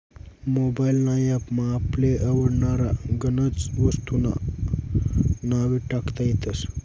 mobile ना app मा आपले आवडनारा गनज वस्तूंस्ना नावे टाकता येतस